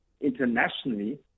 internationally